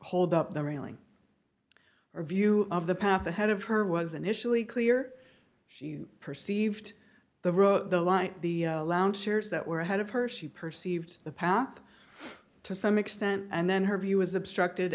hold up the railing or view of the path ahead of her was initially clear she perceived the road the light the lounge chairs that were ahead of her she perceived the path to some extent and then her view was obstruct